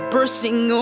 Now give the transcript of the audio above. Bursting